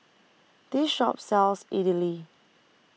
This Shop sells Idili